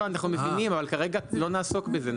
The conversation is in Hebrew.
אנחנו מבינים, אבל כרגע לא נעסוק בזה.